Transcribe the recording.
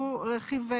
הרכיב הבא הוא רכיב אבל.